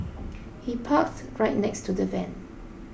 he parked right next to the van